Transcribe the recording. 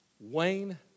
Wayne